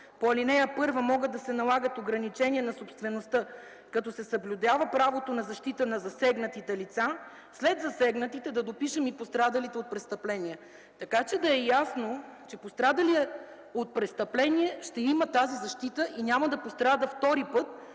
по ал. 1 могат да се налагат ограничения на собствеността, като се съблюдава правото на защита на засегнатите лица”, след „засегнатите” да допишем „и пострадалите от престъпления”. Да е ясно, че пострадалият от престъпление ще има тази защита и няма да пострада втори път